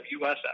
USF